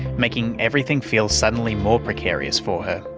making everything feel suddenly more precarious for her.